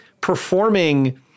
performing